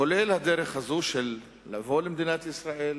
לרבות הדרך הזאת לבוא למדינת ישראל,